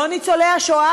לא ניצולי השואה,